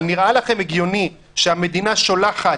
אבל נראה לכם הגיוני שהמדינה שולחת